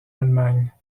allemagne